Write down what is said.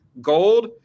Gold